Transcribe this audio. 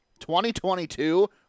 2022